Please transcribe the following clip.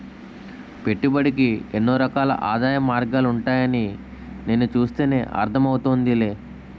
పెట్టుబడికి ఎన్నో రకాల ఆదాయ మార్గాలుంటాయని నిన్ను చూస్తేనే అర్థం అవుతోందిలే